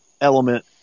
element